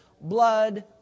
blood